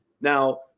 Now